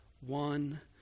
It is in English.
one